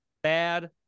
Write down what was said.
bad